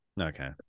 Okay